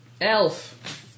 Elf